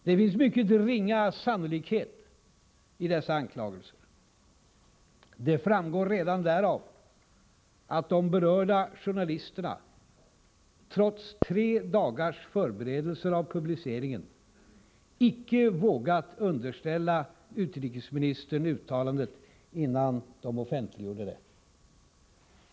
Det finns mycket ringa sannolikhet i dessa anklagelser. Det framgår redan därav att de berörda journalisterna, trots tre dagars förberedelser av publiceringen, icke vågat underställa utrikesministern uttalandet innan de offentliggjorde det.